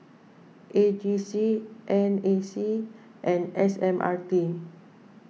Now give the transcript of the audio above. A G C N A C and S M R T